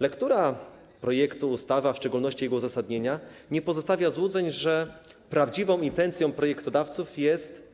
Lektura projektu ustawy, a w szczególności jego uzasadnienia, nie pozostawia złudzeń, że prawdziwą intencją projektodawców jest